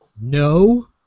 no